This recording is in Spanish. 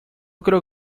creo